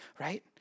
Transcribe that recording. right